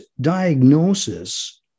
diagnosis